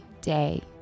day